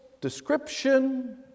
description